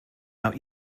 out